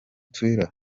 twitter